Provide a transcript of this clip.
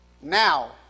Now